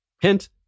Hint